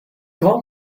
called